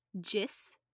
Jis